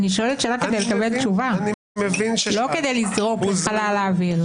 אני שואלת שאלה כדי לקבל תשובה ולא כדי לזרוק שאלה לחלל האוויר.